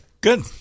Good